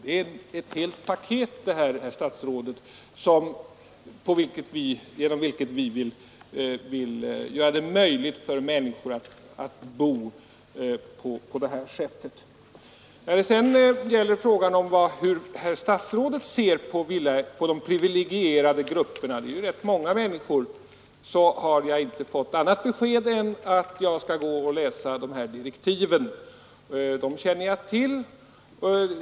Det är ett helt paket, herr statsråd, genom vilket vi vill göra det möjligt för människor att bo på det här sättet. När det gäller frågan hur statsrådet ser på ”de privilegierade grupperna” — det är ju rätt många människor — har jag inte fått annat besked än att jag skall gå och läsa direktiven. Dem känner jag till.